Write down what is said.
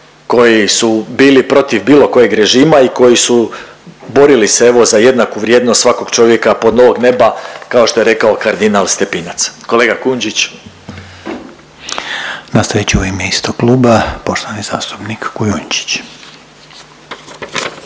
koji su bili protiv bilo kojeg režima i koji su borili se evo za jednaku vrijednost svakog čovjeka pod novog neba kao što je rekao kardinal Stepinac. Kolega Kujundžić. **Reiner, Željko (HDZ)** Nastavit će u ime istog kluba poštovani zastupnik Kujundžić.